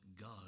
God